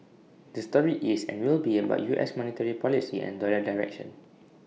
the story is and will be about U S monetary policy and dollar direction